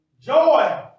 Joy